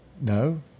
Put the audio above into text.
No